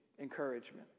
encouragement